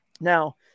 Now